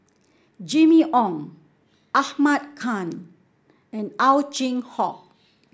Jimmy Ong Ahmad Khan and Ow Chin Hock